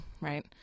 right